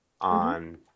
on